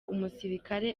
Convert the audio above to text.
umusirikare